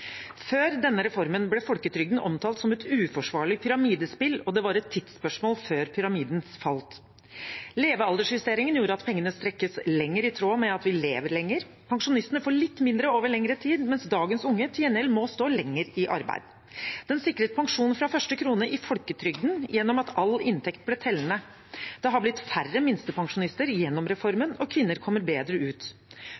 Før denne reformen ble folketrygden omtalt som et uforsvarlig pyramidespill, og det var et tidsspørsmål før pyramiden falt. Levealdersjusteringen gjorde at pengene strekkes lenger, i tråd med at vi lever lenger. Pensjonistene får litt mindre over lengre tid, mens dagens unge til gjengjeld må stå lenger i arbeid. Den sikret pensjon fra første krone i folketrygden gjennom at all inntekt ble tellende. Det har blitt færre minstepensjonister gjennom